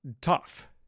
tough